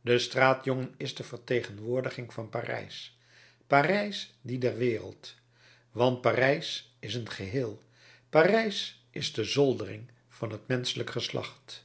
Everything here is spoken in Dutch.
de straatjongen is de vertegenwoordiging van parijs parijs die der wereld want parijs is een geheel parijs is de zoldering van het menschelijk geslacht